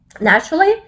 naturally